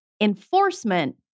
Enforcement